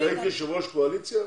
כשהייתי יושב-ראש הקואליציה,